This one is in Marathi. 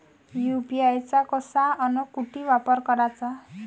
यू.पी.आय चा कसा अन कुटी वापर कराचा?